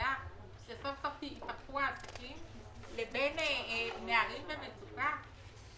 לעבודה כשסוף סוף ייפתחו העסקים לבין נערים במצוקה?